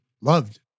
loved